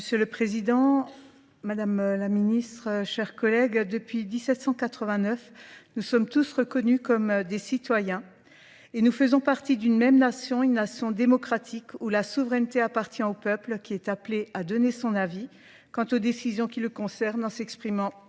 Monsieur le Président, Madame la Ministre, chers collègues, depuis 1789, nous sommes tous reconnus comme des citoyens et nous faisons partie d'une même nation, une nation démocratique où la souveraineté appartient au peuple qui est appelée à donner son avis quant aux décisions qui le concernent en s'exprimant